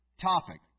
topic